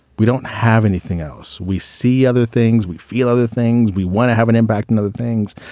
we don't have anything else. we see other things. we feel other things. we want to have an impact in other things.